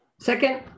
Second